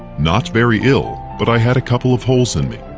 not very ill, but i had a couple of holes in me.